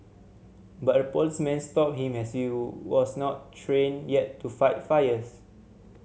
but a policeman stopped him as you was not trained yet to fight fires